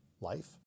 life